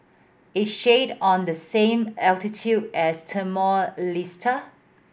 is Chad on the same latitude as Timor Leste